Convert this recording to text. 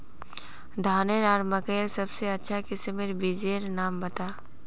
धानेर आर मकई सबसे अच्छा किस्मेर बिच्चिर नाम बता?